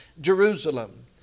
Jerusalem